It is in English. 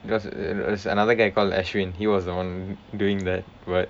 because there was another guy call ashwin he was the [one] doing that but